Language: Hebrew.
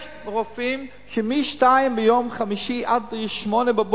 יש רופאים שמהשעה 14:00 ביום חמישי עד 08:00,